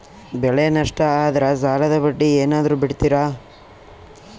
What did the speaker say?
ಬೆಳೆ ನಷ್ಟ ಆದ್ರ ಸಾಲದ ಬಡ್ಡಿ ಏನಾದ್ರು ಬಿಡ್ತಿರಾ?